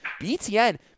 btn